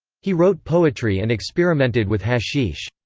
he wrote poetry and experimented with hashish.